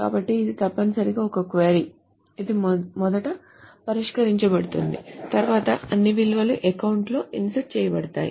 కాబట్టి ఇది తప్పనిసరిగా ఒక క్వరీ ఇది మొదట పరిష్కరించబడుతుంది తర్వాత అన్ని విలువలు అకౌంట్ లో ఇన్సర్ట్ చేయబడతాయి